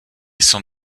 sont